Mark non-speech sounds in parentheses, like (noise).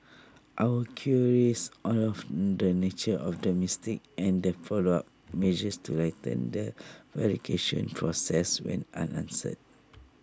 our queries on of the nature of the mistake and the follow up measures to tighten the verification process went unanswered (noise)